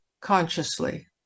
consciously